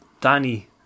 Danny